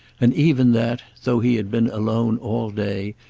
and even that, though he had been alone all day,